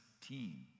team